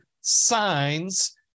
signs